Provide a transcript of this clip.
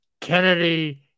Kennedy